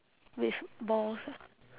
with balls ah